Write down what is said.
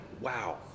Wow